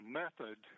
method